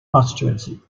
constituency